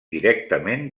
directament